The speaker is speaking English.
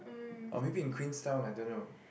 or maybe in QueensTown I don't know